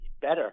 better